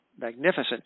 magnificent